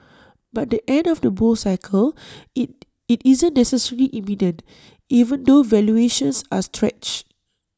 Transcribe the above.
but the end of the bull cycle IT it isn't necessarily imminent even though valuations are stretched